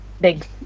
big